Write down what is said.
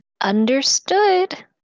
Understood